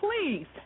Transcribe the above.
please